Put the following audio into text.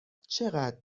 چقدر